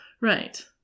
Right